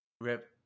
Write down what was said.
rip